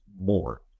more